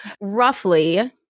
Roughly